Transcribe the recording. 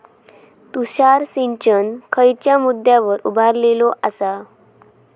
तुषार सिंचन खयच्या मुद्द्यांवर उभारलेलो आसा?